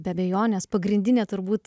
be abejonės pagrindinė turbūt